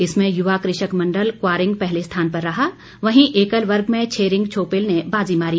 इसमें युवा कृषक मंडल क्वारिंग पहले स्थान पर रहा वहीं एकल वर्ग में छेरिंग छोपेल ने बाजी मारी